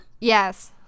Yes